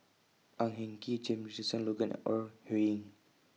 Ang Hin Kee James Richardson Logan and Ore Huiying